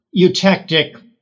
eutectic